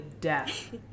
death